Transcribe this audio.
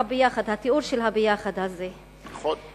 היא איך הביחד, התיאור של הביחד הזה, נכון.